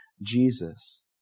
Jesus